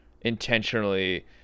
intentionally